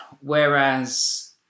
Whereas